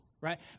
right